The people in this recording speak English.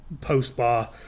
post-bar